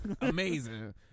Amazing